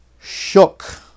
shook